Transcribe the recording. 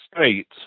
States